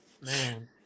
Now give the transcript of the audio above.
Man